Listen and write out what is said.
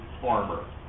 farmer